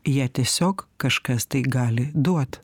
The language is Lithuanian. ją tiesiog kažkas tai gali duot